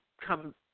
come